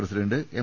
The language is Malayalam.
president M